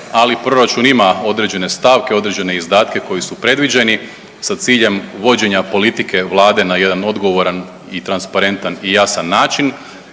ali proračun ima određene stavke i određene izdatke koji su predviđeni sa ciljem vođenja politike Vlade na jedan odgovoran i transparentan i jasan način,